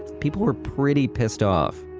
people were pretty pissed off.